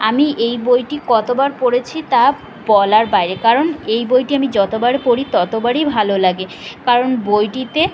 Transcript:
আমি এই বইটি কতবার পড়েছি তা বলার বাইরে কারণ এই বইটি আমি যতবার পড়ি ততোবারই ভালো লাগে কারণ বইটিতে